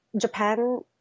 Japan